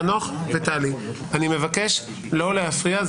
חנוך וטלי, אני מבקש לא להפריע.